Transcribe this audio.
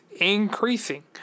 increasing